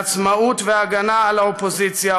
לעצמאות והגנה על האופוזיציה,